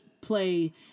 play